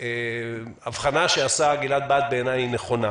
ההבחנה שעשה גלעד בהט בעיניי נכונה